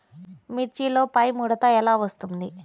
మిర్చిలో పైముడత ఎలా వస్తుంది?